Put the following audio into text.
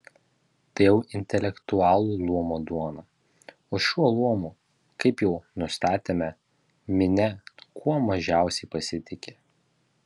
tai jau intelektualų luomo duona o šiuo luomu kaip jau nustatėme minia kuo mažiausiai pasitiki